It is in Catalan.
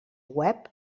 web